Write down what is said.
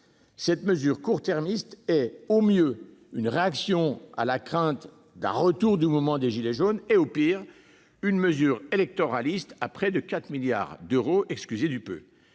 Cette mesure court-termiste est au mieux une réaction à la crainte d'un retour du mouvement des « gilets jaunes », au pire une mesure électoraliste de près de 4 milliards d'euros. Là encore, excusez du peu